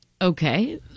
Okay